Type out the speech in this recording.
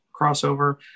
crossover